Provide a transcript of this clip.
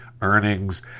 earnings